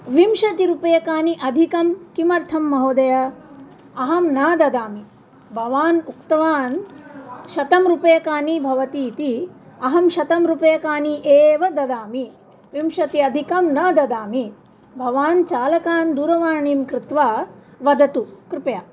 विंशतिः रूप्यकाणि अधिकं किमर्थं महोदय अहं न ददामि भवान् उक्तवान् शतं रूप्यकाणि भवति इति अहं शतं रूप्यकाणि एव ददामि विंशत्यधिकं न ददामि भवान् चालकान् दूरवाणीं कृत्वा वदतु कृपया